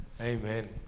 amen